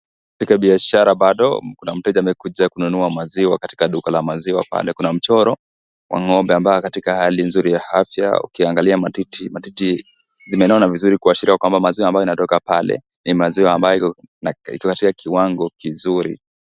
Katika biashara bado kuna mteja amekuja kunua maziwa katika duka la maziwa pale, kuna mchoro wa ng'ombe ambaye ako katika hali nzuri ya afya, ukiangalia matiti, matiti zimelala vizuri kuashiria kwamba maziwa ambayo yanatoka pale ni maziwa ambayo yako katika kiwango kizuri.